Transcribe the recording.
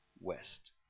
West